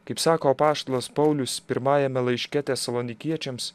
kaip sako apaštalas paulius pirmajame laiške tesalonikiečiams